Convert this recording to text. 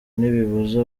ntibibuza